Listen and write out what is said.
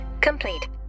complete